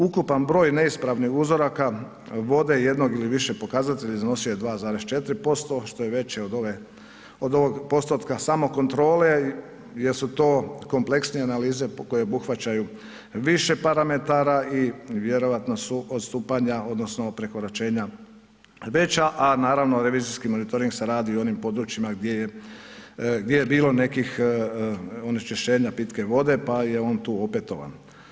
Ukupan broj neispravnih uzoraka vode jednog ili više pokazatelja iznosio je 2,4% što je veće od ovog postotka samokontrole jer su to kompleksne analize koje obuhvaćaju više parametara i vjerovatno su odstupanja odnosno prekoračenja veća a naravno revizijski monitoring se radi u onim područjima gdje je bilo nekih onečišćenja pitke vode pa je on tu opetovan.